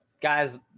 Guys